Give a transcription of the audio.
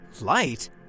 Light